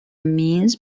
means